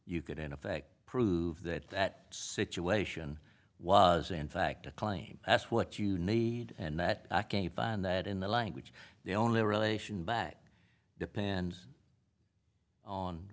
you could in effect prove that that situation was in fact a claim that's what you need and that you find that in the language the only relation back depends on